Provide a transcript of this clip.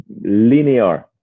linear